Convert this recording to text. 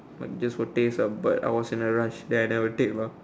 like just for taste ah but I was in a rush then I never take lah